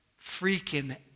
freaking